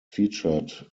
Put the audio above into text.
featured